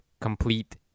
complete